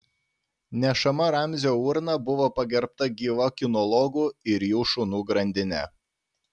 nešama ramzio urna buvo pagerbta gyva kinologų ir jų šunų grandine